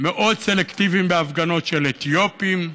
מאוד סלקטיביים בהפגנות של אתיופים,